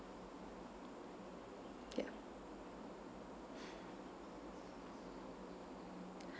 ya